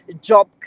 job